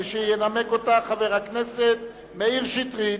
ינמק אותה חבר הכנסת מאיר שטרית.